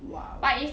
!wow!